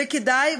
וכדאי,